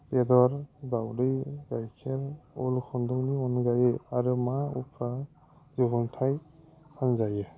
बेदर दावदै गाइखेर उल खुन्दुंनि अनगायै आरो मा उफ्रा दिहुनथाय फानजायो